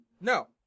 No